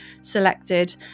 selected